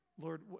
Lord